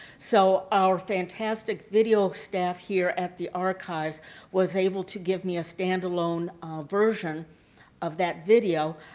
so our fantastic video staff here at the archives was able to give me a stand-alone version of that video,